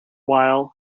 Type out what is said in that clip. while